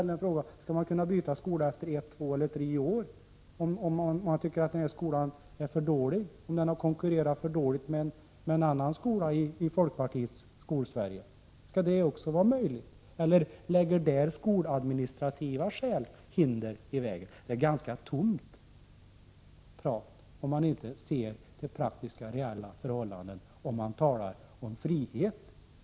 Jag frågar: Skall man kunna byta skola efter ett, två eller tre år, om man tycker att den skola man går i är för dålig, att den konkurrerar för dåligt med en annan skola i folkpartiets Skolsverige? Skall det också vara möjligt, eller lägger skoladministrativa skäl hinder i vägen? Det är tomt prat, om man talar om frihet och inte ser till praktiska, reella förhållanden, Ylva Annerstedt.